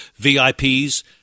VIPs